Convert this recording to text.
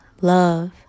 love